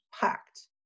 packed